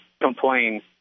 complain